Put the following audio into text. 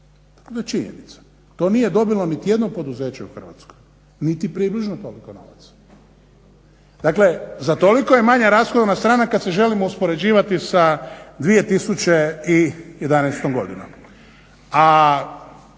To je činjenica. To nije dobilo niti jedno poduzeće u Hrvatskoj niti približno toliko novaca. Dakle za toliko je manja rashodovna strana kada se želimo uspoređivati sa 2011.godinom.